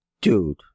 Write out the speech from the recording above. Dude